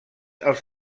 als